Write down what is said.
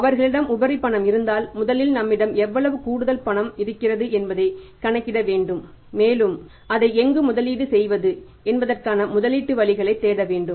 அவர்களிடம் உபரி பணம் இருந்தால் முதலில் நம்மிடம் எவ்வளவு கூடுதல் பணம் இருக்கிறது என்பதைக் கணக்கிட வேண்டும் மற்றும் அதை எங்கு முதலீடு செய்வது என்பதற்கான முதலீட்டு வழிகளை தேட வேண்டும்